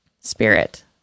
spirit